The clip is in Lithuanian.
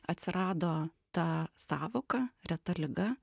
atsirado ta sąvoka reta liga